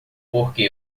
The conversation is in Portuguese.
porque